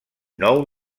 nou